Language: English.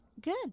Good